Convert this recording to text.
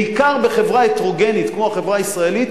בעיקר בחברה הטרוגנית כמו החברה הישראלית,